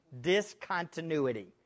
Discontinuity